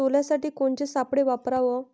सोल्यासाठी कोनचे सापळे वापराव?